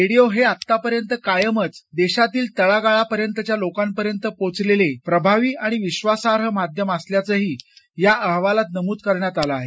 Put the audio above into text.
radio हे आत्तापर्यंत कायमच देशातील तळागाळापर्यंतच्या लोकांपर्यंत पोचलेले प्रभावी आणि विधासार्ह माध्यम असल्याचंही या अहवालात नमूद करण्यात आलं आहे